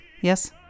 Yes